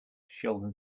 sheldon